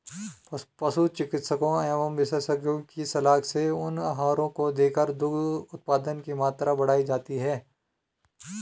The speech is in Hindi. पशु चिकित्सकों एवं विशेषज्ञों की सलाह से उन आहारों को देकर दुग्ध उत्पादन की मात्रा बढ़ाई जाती है